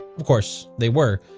of course, they were.